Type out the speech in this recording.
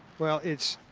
well, it's,